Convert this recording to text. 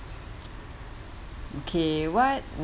okay what